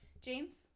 James